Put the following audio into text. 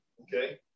okay